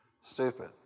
stupid